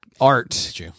art